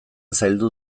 zaildu